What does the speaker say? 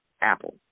Apple